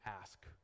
ask